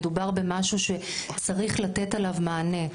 מדובר במשהו שצריך לתת עליו מענה.